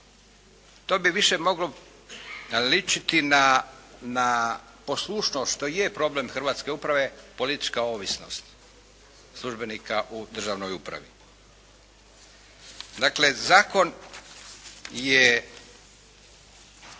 To bi više moglo ličiti na poslušnost što je problem hrvatske uprave – policijska ovisnost, službenika u državnoj upravi. Dakle, Zakon je